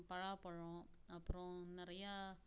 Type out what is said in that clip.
பலாப்பழம் அப்புறம் நிறையா